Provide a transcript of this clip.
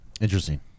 Interesting